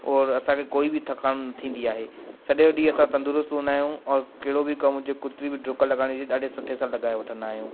उहो असांखे कोई बि थकान न थींदी आहे सॼो ॾींहुं असां तंदरुस्त हूंदा आहियूं औरि कहिड़ो बि कमु हुजे केतिरी बि डुक लॻाइणी हुजे ॾाढे सुठे सां लॻाए वठंदा आहियूं